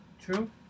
True